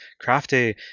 crafty